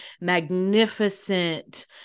magnificent